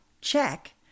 check